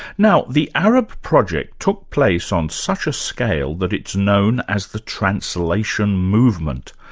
now the arab project took place on such a scale that it's known as the translation movement.